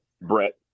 Brett